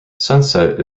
sunset